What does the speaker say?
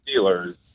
Steelers